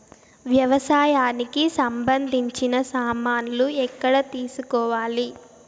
వ్యవసాయానికి సంబంధించిన సామాన్లు ఎక్కడ తీసుకోవాలి?